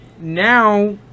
now